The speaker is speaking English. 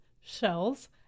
shells